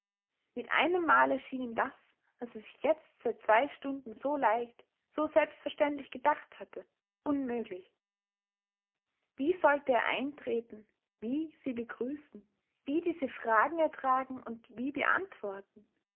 mit einem male schien ihm das was er sich jetzt seit zwei stunden so leicht so selbstverständlich gedacht hatte unmöglich wie sollte er eintreten wie sie begrüßen wie diese fragen ertragen und wie beantworten